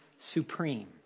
supreme